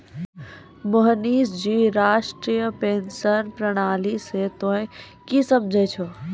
मोहनीश जी राष्ट्रीय पेंशन प्रणाली से तोंय की समझै छौं